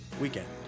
weekend